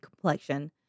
complexion